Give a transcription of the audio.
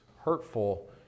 hurtful